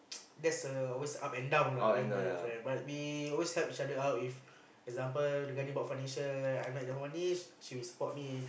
there's a always up and down lah with my girlfriend but we always help each other out with example regarding about financial I not enough money she will support me